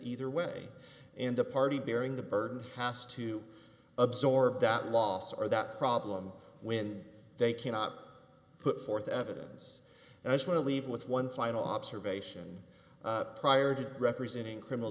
either way and the party bearing the burden has to absorb that loss or that problem when they cannot put forth evidence and i just want to leave with one final observation prior to representing criminal